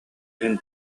иһин